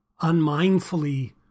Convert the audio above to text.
unmindfully